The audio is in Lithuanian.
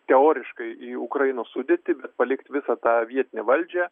teoriškai į ukrainos sudėtį bet palikti visą tą vietinę valdžią